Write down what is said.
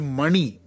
money